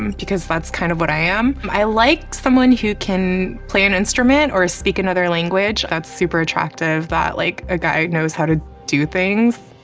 um because that's kinda kind of what i am. i like someone who can play an instrument or speak another language, that's super attractive that, like, a guy knows how to do things.